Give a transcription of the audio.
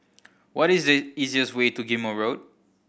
what is the easiest way to Ghim Moh Road